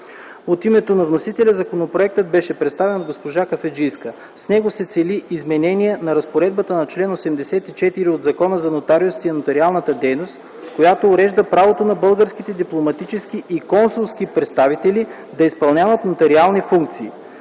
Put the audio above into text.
От името на вносителя законопроектът беше представен от госпожа Кафеджийска. С него се цели изменение на разпоредбата на чл. 84 от Закона за нотариусите и нотариалната дейност, която урежда правото на българските дипломатически и консулски представители да изпълняват нотариални функции.